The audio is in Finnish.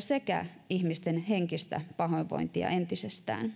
sekä ihmisten henkistä pahoinvointia entisestään